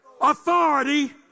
Authority